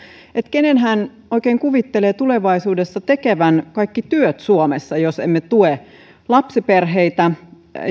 kenen hän oikein kuvittelee tulevaisuudessa tekevän kaikki työt suomessa jos emme tue lapsiperheitä